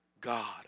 God